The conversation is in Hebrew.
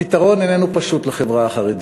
הפתרון איננו פשוט לחברה החרדית,